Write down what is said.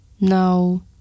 No